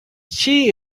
she